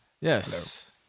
Yes